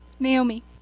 Naomi